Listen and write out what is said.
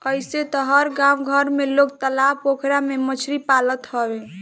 अइसे तअ हर गांव घर में लोग तालाब पोखरा में मछरी पालत हवे